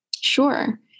Sure